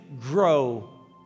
grow